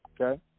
Okay